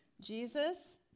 Jesus